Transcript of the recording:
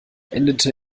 endete